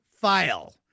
file